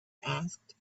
asked